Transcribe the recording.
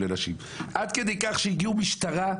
עד כדי כך שהגיעו משטרה?